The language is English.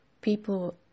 people